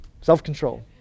self-control